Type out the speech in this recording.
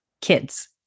kids